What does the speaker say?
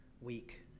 week